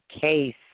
case